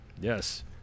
Yes